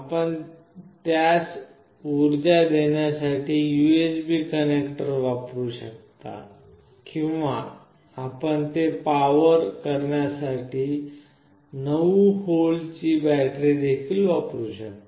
आपण त्यास उर्जा देण्यासाठी USB कनेक्टर वापरू शकता किंवा आपण ते पॉवर करण्यासाठी 9V ची बॅटरी देखील वापरू शकता